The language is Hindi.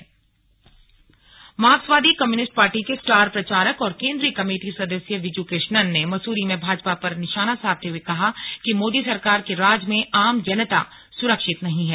स्लग कम्यूनिस्ट पार्टी मार्क्सवादी कम्युनिस्ट पार्टी के स्टार प्रचारक और केंद्रीय कमेटी सदस्य विजू कृष्णनन ने मसूरी में भाजपा पर निशाना साधते हुए कहा कि मोदी सरकार के राज में आम जनता सुरक्षित नहीं है